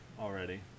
already